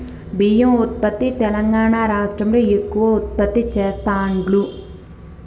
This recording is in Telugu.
బియ్యం ఉత్పత్తి తెలంగాణా రాష్ట్రం లో ఎక్కువ ఉత్పత్తి చెస్తాండ్లు